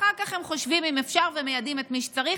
אחר כך הם חושבים אם אפשר ומיידעים את מי שצריך.